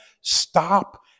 stop